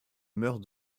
meurt